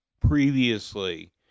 previously